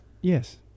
Yes